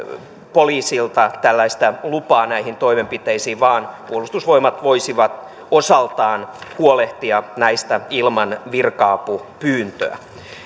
poliisilta tällaista lupaa näihin toimenpiteisiin vaan puolustusvoimat voisivat osaltaan huolehtia näistä ilman virka apupyyntöä